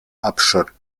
abschotten